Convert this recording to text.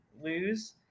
lose